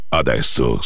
adesso